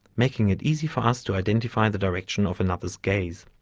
making it easy for us to identify and the direction of another's gaze.